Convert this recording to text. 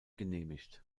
genehmigt